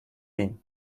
ihn